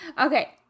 okay